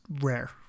rare